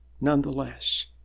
nonetheless